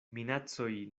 minacoj